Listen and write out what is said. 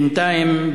בינתיים,